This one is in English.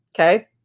Okay